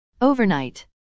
Overnight